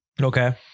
Okay